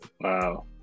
wow